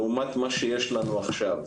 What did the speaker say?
לעומת מה שיש לנו עכשיו.